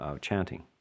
chanting